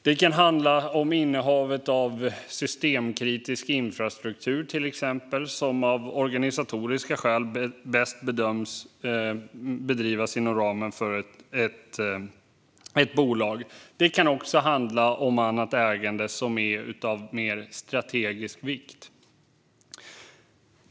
Det kan till exempel handla om innehavet av systemkritisk infrastruktur, som av organisatoriska skäl bedöms bedrivas bäst inom ramen för ett bolag. Det kan också handla om annat ägande som är av mer strategisk vikt.